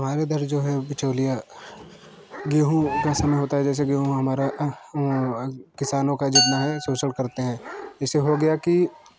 हमारे इधर जो है बिचौलिया गेहूँ का समय होता है जैसे गेहूँ हमारा किसानों का जितना है शोषण करते हैं जैसे हो गया कि